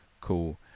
Cool